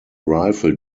rifle